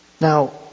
Now